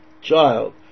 child